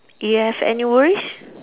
you have any worries